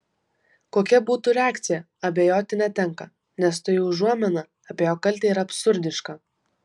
kokia būtų reakcija abejoti netenka nes toji užuomina apie jo kaltę yra absurdiška